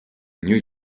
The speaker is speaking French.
new